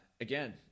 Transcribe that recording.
again